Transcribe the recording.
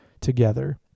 together